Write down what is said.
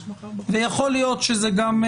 ויכול להיות שזה גם,